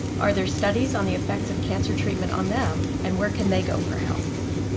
are there studies on the effects of cancer treatment on them, and where can they go for help?